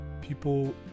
people